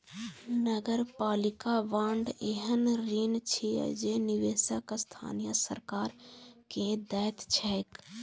नगरपालिका बांड एहन ऋण छियै जे निवेशक स्थानीय सरकार कें दैत छैक